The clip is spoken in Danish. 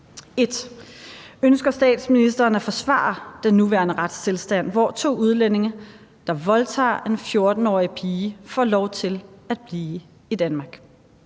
1) Ønsker statsministeren at forsvare den nuværende retstilstand, hvor to udlændinge, der voldtager en 14-årig pige, får lov til at blive i Danmark?